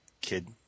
kid